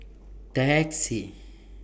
Taxi